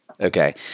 Okay